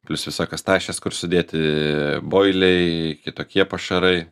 plius visa kas tašės kur sudėti boiliai kitokie pašarai